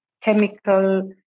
chemical